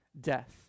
death